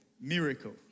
miracle